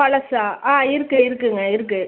பழசாக ஆ இருக்கு இருக்குங்க இருக்கு